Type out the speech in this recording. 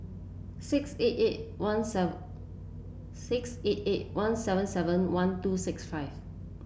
six eight eight one seven six eight eight one seven seven one two six five